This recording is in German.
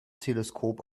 teleskop